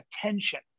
attention